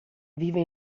vive